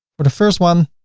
but first one,